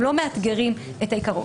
הם לא מאתגרים את העיקרון.